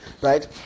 right